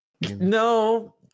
No